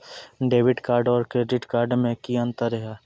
Debit card और credit card मे कि अंतर या?